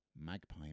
Magpie